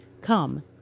Come